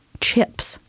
Chips